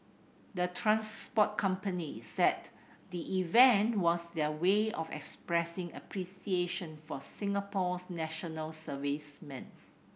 the transport companies said the event was their way of expressing appreciation for Singapore's national servicemen